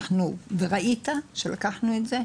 ראית שלקחנו את זה,